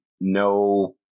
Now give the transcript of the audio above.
no